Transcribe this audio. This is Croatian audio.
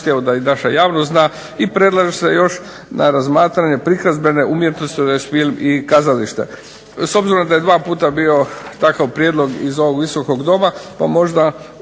za tehničke znanosti, i predlaže se još na razmatranje prikazbene umjetnosti tj. film i kazalište. S obzirom da je dva puta bio takav prijedlog iz ovog Visokog doma, možda